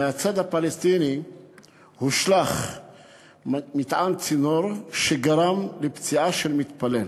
מהצד הפלסטיני הושלך מטען צינור שגרם לפציעה של מתפלל.